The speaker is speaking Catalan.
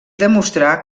demostrà